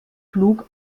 flug